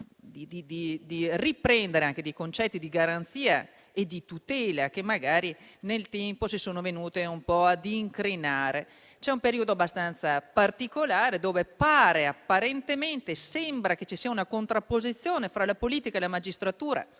di riprendere dei concetti di garanzia e di tutela che magari nel tempo si sono venuti un po' ad incrinare. Si vive un periodo abbastanza particolare, nel quale pare che vi sia una contrapposizione fra politica e magistratura,